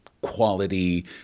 quality